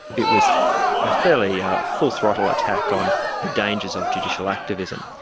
it was a fairly ah full-throttle attack on the dangers of judicial activism.